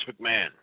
McMahon